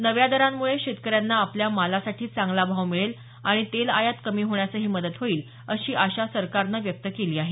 नव्या दरांमुळे शेतकऱ्यांना आपल्या मालासाठी चांगला भाव मिळेल आणि तेल आयात कमी होण्यासही मदत होईल अशी आशा सरकारनं व्यक्त केली आहे